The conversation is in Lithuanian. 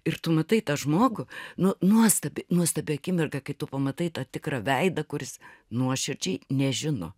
ir tu matai tą žmogų na nuostabi nuostabi akimirka kai tu pamatai tą tikrą veidą kuris nuoširdžiai nežino